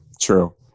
True